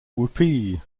whoopee